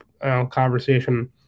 conversation